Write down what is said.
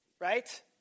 right